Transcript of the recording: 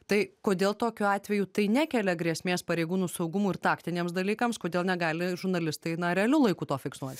tai kodėl tokiu atveju tai nekelia grėsmės pareigūnų saugumui ir taktiniams dalykams kodėl negali žurnalistai na realiu laiku to fiksuoti